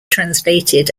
translated